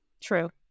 true